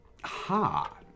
Ha